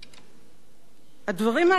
הדברים האלה לא עולים בקנה אחד